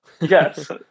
Yes